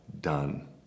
done